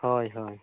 ᱦᱳᱭ ᱦᱳᱭ